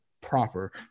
proper